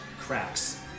cracks